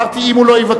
אמרתי, אם הוא לא יבקש.